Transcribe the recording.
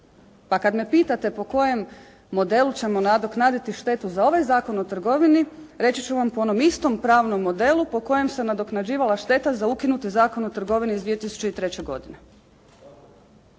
Pa kad me pitate po kojem modelu ćemo nadoknaditi štetu za ovaj Zakon o trgovini, reći ću vam po onom istom pravnom modelu, po kojem se nadoknađivala šteta za ukinuti Zakon o trgovini iz 2003. godine.